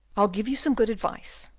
i'll give you some good advice.